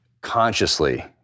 consciously